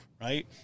right